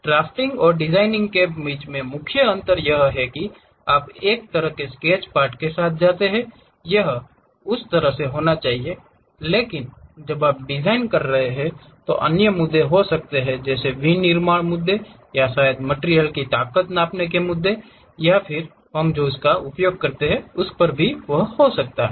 drafting और designing के बीच मुख्य अंतर यह है कि आप एक तरह के स्केच पार्ट के साथ आते हैं यह उस तरह से होना चाहिए लेकिन जब आप डिजाइन कर रहे हैं तो अन्य मुद्दे हो सकते हैं जैसे विनिर्माण मुद्दे या शायद मटिरियल की ताकत के संदर्भ में जिसका हम उपयोग यहा कर रहे होते हैं उस पर भी हो सकता हैं